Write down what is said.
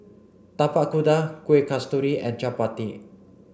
Tapak Kuda Kuih Kasturi and Chappati